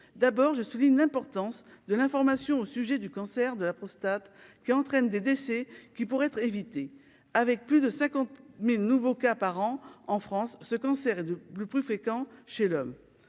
d'abord, je souligne l'importance de l'information au sujet du cancer de la prostate qui entraîne des décès qui pourraient être évités avec plus de 50 mais nouveaux cas par an en France, ce cancer est de plus plus fréquent chez l'homme,